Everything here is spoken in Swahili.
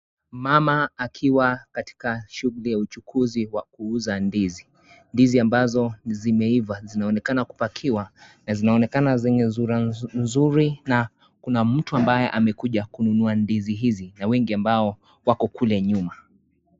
Mama akiwa katika shughuli ya uchukuzi wa kuuza ndizi. Ndizi ambazo zimeiva zinaonekana kupakiwa na zinaonekana zenye sura nzuri na kuna mtu ambaye amekuja kununua ndizi hizi na wengi ambao wako kule nyuma.